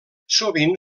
sovint